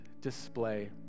display